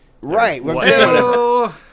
Right